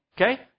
Okay